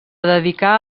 dedicà